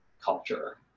culture